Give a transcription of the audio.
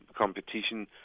competition